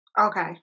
okay